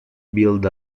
build